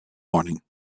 morning